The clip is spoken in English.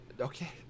Okay